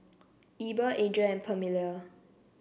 Eber Adrien and Permelia